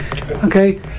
Okay